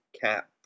cap